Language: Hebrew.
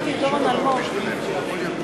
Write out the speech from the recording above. הזריחה ב-05:35.